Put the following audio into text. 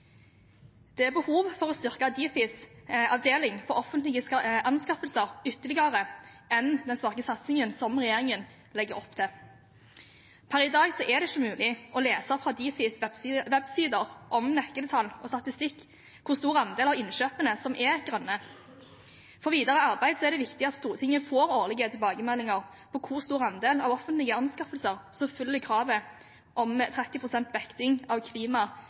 Det er behov for å styrke Difis avdeling for offentlige anskaffelser ytterligere sammenlignet med den svake satsingen som regjeringen legger opp til. Per i dag er det ikke mulig å lese fra Difis websider om nøkkeltall og statistikk, hvor stor andel av innkjøpene som er grønne. For videre arbeid er det viktig at Stortinget får årlige tilbakemeldinger om hvor stor andel av offentlige anskaffelser som oppfyller kravet om 30 pst. vekting av